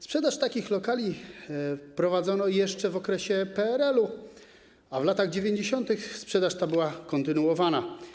Sprzedaż takich lokali prowadzono jeszcze w okresie PRL, a w latach 90. sprzedaż ta była kontynuowana.